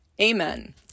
Amen